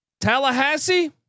Tallahassee